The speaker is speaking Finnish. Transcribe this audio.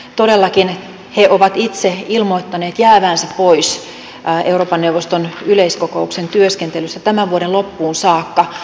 todellakin he ovat itse ilmoittaneet jäävänsä pois euroopan neuvoston yleiskokouksen työskentelystä tämän vuoden loppuun saakka